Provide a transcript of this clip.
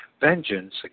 vengeance